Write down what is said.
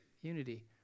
Unity